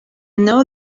know